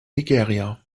nigeria